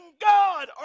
God